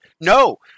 No